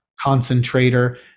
Concentrator